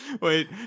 Wait